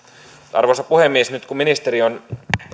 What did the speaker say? arvoisa puhemies nyt kun ministeri on